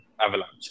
Avalanche